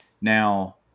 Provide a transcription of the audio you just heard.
Now